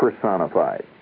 personified